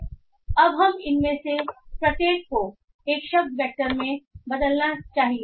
अब हमें इनमें से प्रत्येक को एक शब्द वेक्टर में बदलना है